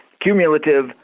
cumulative